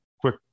quick